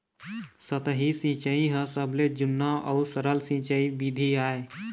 सतही सिंचई ह सबले जुन्ना अउ सरल सिंचई बिधि आय